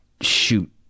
shoot